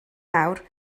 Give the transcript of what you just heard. nawr